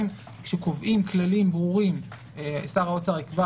אם כשקובעים כללים ברורים שר האוצר יקבע